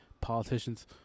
politicians